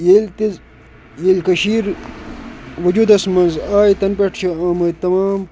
ییٚلہِ تہِ ییٚلہِ کٔشیٖر وُجوٗدس منٛز آیہِ تَنہٕ پٮ۪ٹھ چھِ آمٕتۍ تَمام